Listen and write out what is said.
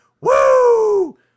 woo